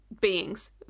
beings